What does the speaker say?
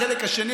החלק השני,